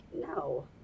No